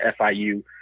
FIU